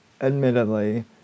admittedly